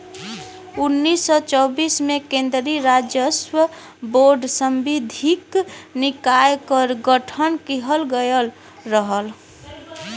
उन्नीस सौ चौबीस में केन्द्रीय राजस्व बोर्ड सांविधिक निकाय क गठन किहल गयल रहल